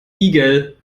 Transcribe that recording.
igel